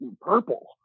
purple